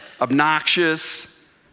obnoxious